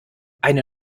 eine